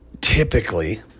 typically